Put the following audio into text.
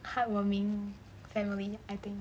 heartwarming family I think